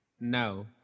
No